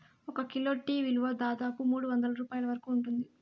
ఒక kilo tea విలువ దాదాపు మూడువందల రూపాయల వరకు ఉంటుంది